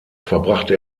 verbrachte